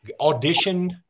auditioned